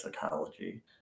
psychology